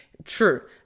True